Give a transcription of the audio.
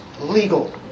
legal